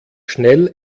schnell